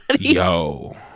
yo